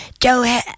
Joe